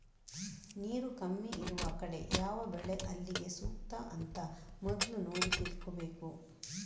ನೀರು ಕಮ್ಮಿ ಇರುವ ಕಡೆ ಯಾವ ಬೆಳೆ ಅಲ್ಲಿಗೆ ಸೂಕ್ತ ಅಂತ ಮೊದ್ಲು ನೋಡಿ ತಿಳ್ಕೋಬೇಕು